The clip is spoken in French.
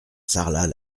sarlat